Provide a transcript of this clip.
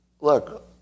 Look